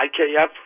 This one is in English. IKF